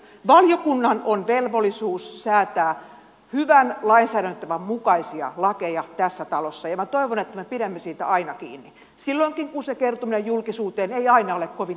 valiokunnalla on velvollisuus säätää hyvän lainsäädäntötavan mukaisia lakeja tässä talossa ja toivon että me pidämme siitä aina kiinni silloinkin kun sen kertominen julkisuuteen ei ole kovin imartelevaa